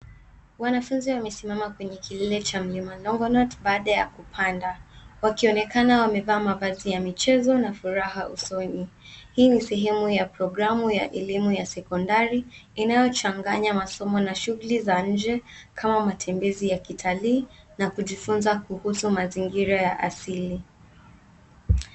Wanafunzi wamesimama kwenye kilima chenye maneno baada ya kupanda. Wakionekana wamevaa mavazi ya michezo na furaha usoni. Hii ni sehemu ya programu ya elimu ya sekondari inayochanganya masomo na shughuli za nje kama matembezi ya kitalii na kujifunza kuhusu mazingira ya asili.